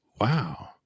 wow